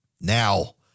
Now